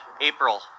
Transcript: April